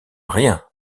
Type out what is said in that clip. rien